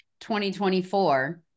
2024